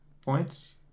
points